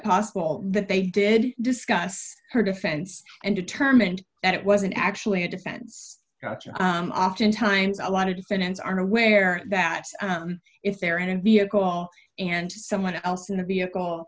possible that they did discuss her defense and determined that it wasn't actually a defense oftentimes a lot of defendants are aware that if they're in a vehicle and someone else in the vehicle